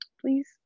please